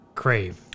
crave